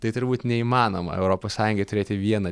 tai turbūt neįmanoma europos sąjungai turėti vieną